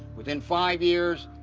within five years,